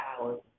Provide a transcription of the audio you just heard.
hours